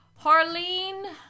Harleen